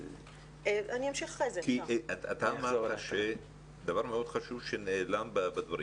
אתה אמרת דבר מאוד חשוב שנעלם בדברים: